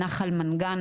נחל מנגן,